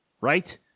right